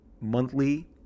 monthly